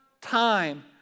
time